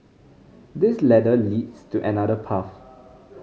this ladder leads to another path